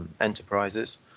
enterprises